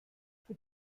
für